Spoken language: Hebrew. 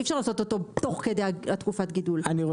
אי אפשר לעשות אותו תוך כדי תקופת הגידול,